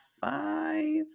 five